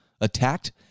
attacked